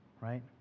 right